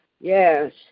Yes